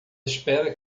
espera